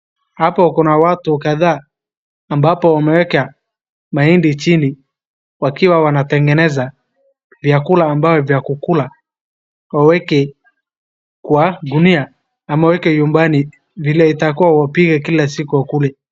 Hapo kuna watu kadhaa, ambapo wameweka mahindi chini wakiwa wanatengeneza vyakula ambavyo vya kukula waweke kwa gunia ama waweke nyumbani vile itakuwa wapike kila siku wakule.